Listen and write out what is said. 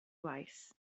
waith